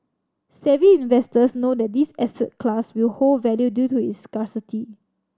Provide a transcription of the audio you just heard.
savvy investors know that this asset class will hold value due to its scarcity